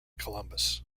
columbus